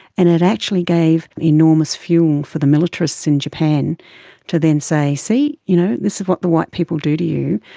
and it actually gave enormous fuel for the militarists in japan to then say, see, you know this is what the white people do to you,